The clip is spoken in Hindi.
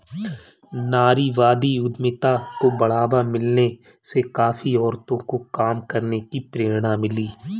नारीवादी उद्यमिता को बढ़ावा मिलने से काफी औरतों को काम करने की प्रेरणा मिली है